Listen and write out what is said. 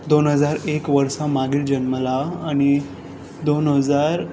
दोन हजार एक वर्सा मागीर जल्मला आनी दोन हजार